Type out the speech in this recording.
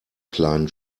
kleinen